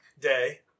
day